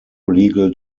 legal